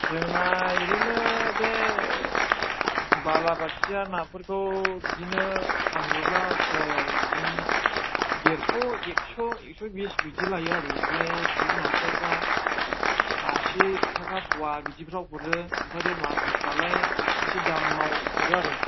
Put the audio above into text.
जोंना एरैनो बे बालाबाथिया नाफोरखौ बिदिनो फानहरोब्ला फवायाव बिदिनो ना देरस' एकस' एक्स'बिस बिदि लायो आरो ओमफ्राय बिदिनो नास्रायफ्रा आसि थाखा फवा बिदिफ्राव हरो ओमफ्राय बे मागुरफ्रालाय एसे दामाव हरो आरो